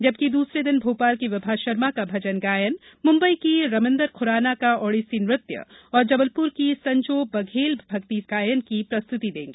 जबकि दूसरे दिन भोपाल की विभा शर्मा का भजन गायन मुम्बई की रमिन्दर खुराना का ओडिसी नृत्य और जबलपुर की संजो बघेल भक्ति गायन की प्रस्तुति देंगी